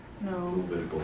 No